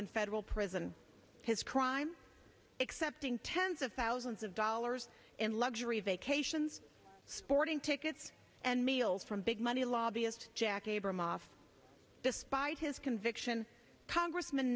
in federal prison his crime accepting tens of thousands of dollars in luxury vacations sporting tickets and meals from big money lobbyist jack abramoff despite his conviction congressm